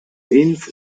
ins